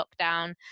lockdown